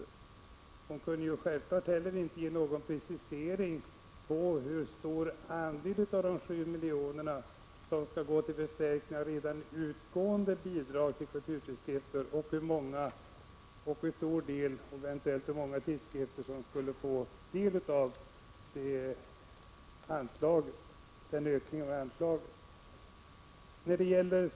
Maja Bäckström kunde självfallet heller inte ge någon precisering av hur stor andel av de sju miljonerna som skall gå till förstärkning av redan utgående bidrag till kulturtidskrifter och hur många tidskrifter vilka tidigare fått bidrag över organisationstidskriftsstödet som skulle få del av ökningen av anslaget.